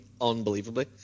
unbelievably